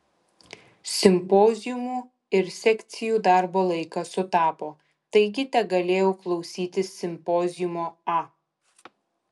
simpoziumų ir sekcijų darbo laikas sutapo taigi tegalėjau klausytis simpoziumo a